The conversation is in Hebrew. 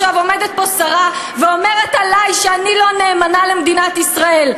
עומדת פה שרה ואומרת עלי שאני לא נאמנה למדינת ישראל.